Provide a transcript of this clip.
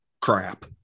crap